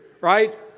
right